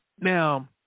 Now